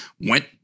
went